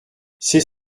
c’est